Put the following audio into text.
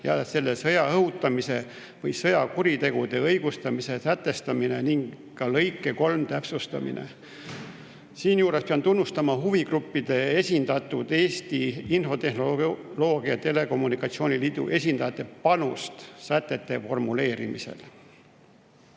ja sõjaõhutamise või sõjakuritegude õigustamise sätestamine ning ka lõike 3 täpsustamine. Siinjuures pean tunnustama huvigrupina esindatud Eesti Infotehnoloogia ja Telekommunikatsiooni Liidu esindajate panust sätete formuleerimisel.